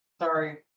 Sorry